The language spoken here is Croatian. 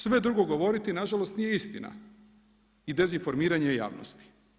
Sve drugo govoriti, nažalost nije istina i dezinformiranje javnosti.